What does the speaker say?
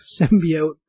symbiote